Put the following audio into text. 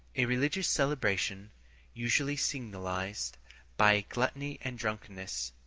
a religious celebration usually signalized by gluttony and drunkenness,